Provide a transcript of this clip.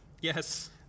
Yes